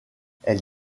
elle